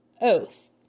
oath